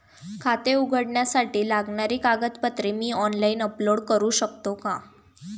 खाते उघडण्यासाठी लागणारी कागदपत्रे मी ऑनलाइन अपलोड करू शकतो का?